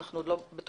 אנחנו לא בטוחים,